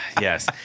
Yes